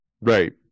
right